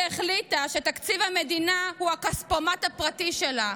שהחליטה שתקציב המדינה הוא הכספומט הפרטי שלה,